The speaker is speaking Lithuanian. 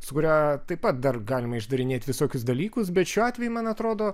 su kuria taip pat dar galima išdarinėt visokius dalykus bet šiuo atveju man atrodo